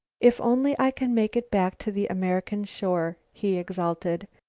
if only i can make it back to the american shore, he exulted.